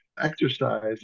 exercise